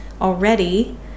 already